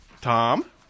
Tom